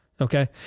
Okay